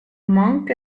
monk